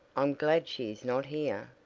i'm glad she is not here.